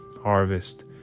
harvest